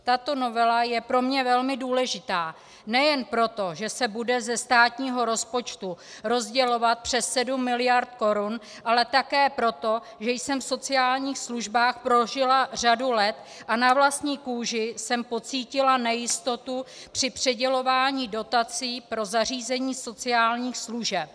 Tato novela je pro mě velmi důležitá nejen proto, že se bude ze státního rozpočtu rozdělovat přes sedm miliard korun, ale také proto, že jsem v sociálních službách prožila řadu let a na vlastí kůži jsem pocítila nejistotu při přidělování dotací pro zařízení sociálních služeb.